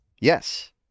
yes